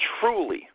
truly